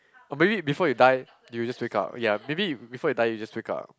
or maybe before you die you will just wake up ya maybe before you die you just wake up